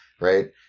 Right